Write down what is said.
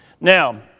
now